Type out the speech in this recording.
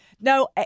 No